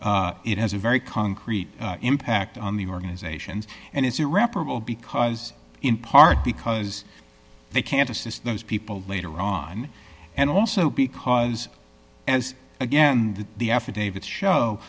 it has a very concrete impact on the organizations and it's irreparable because in part because they can't assist those people later on and also because as again the affidavits show